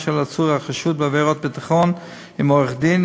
של עצור החשוד בעבירות ביטחון עם עורך-דין,